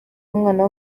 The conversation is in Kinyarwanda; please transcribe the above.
umwana